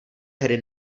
hry